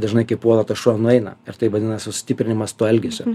dažnai kai puola tas šuo ir nueina ir tai vadinasi sustiprinimas to elgesio